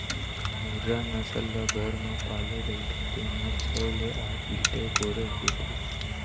मुर्रा नसल ल घर म पाले रहिथे तेन ह छै ले आठ लीटर गोरस देथे